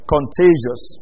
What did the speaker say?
Contagious